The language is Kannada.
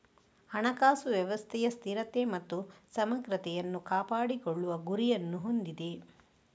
ಹಣಕಾಸು ವ್ಯವಸ್ಥೆಯ ಸ್ಥಿರತೆ ಮತ್ತು ಸಮಗ್ರತೆಯನ್ನು ಕಾಪಾಡಿಕೊಳ್ಳುವ ಗುರಿಯನ್ನು ಹೊಂದಿದೆ